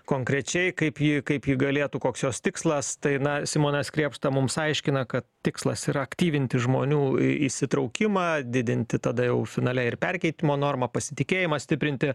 konkrečiai kaip ji kaip ji galėtų koks jos tikslas tai na simonas krėpšta mums aiškina kad tikslas yra aktyvinti žmonių įsitraukimą didinti tada jau finale ir perkeitimo normą pasitikėjimą stiprinti